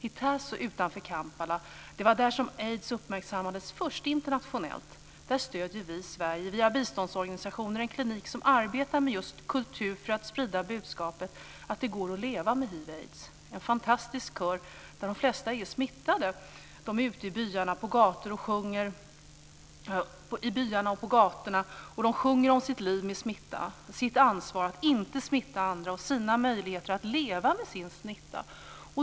I Taso utanför Kampala - det var där som aids först uppmärksammades internationellt - stöder vi i Sverige via biståndsorganisationer en klinik som arbetar med kultur för att sprida budskapet att det går att leva med hiv/aids. En fantastisk kör, där de flesta är smittade, är ute i byarna och på gatorna och sjunger om sitt liv med smitta, om sitt ansvar att inte smitta andra och om sina möjligheter att leva med sin smitta.